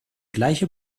gleiche